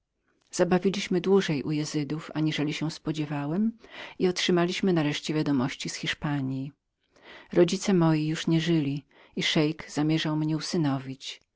krwi zabawiliśmy dłużej u izydów aniżeli się spodziewałem i otrzymaliśmy nareszcie wiadomości z hiszpanji rodzice moi już nie żyli i szeik przysposabiał mnie